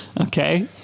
Okay